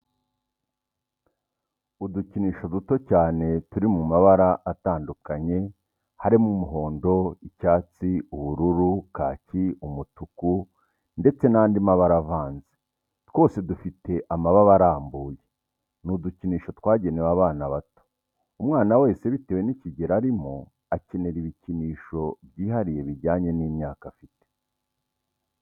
Udukinisho duto cyane turi mu mabara atandukanye harimo umuhondo, icyatsi, ubururu kaki umutuku ndetse n'andi mabara avanze, twose dufite amababa arambuye. Ni udukinisho twagenewe abana bato. Umwana wese bitewe n'ikigero arimo akenera ibikinsho byihariye bijyanye n'imyaka afite.